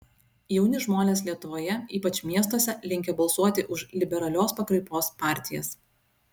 jauni žmonės lietuvoje ypač miestuose linkę balsuoti už liberalios pakraipos partijas